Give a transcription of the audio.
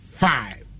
five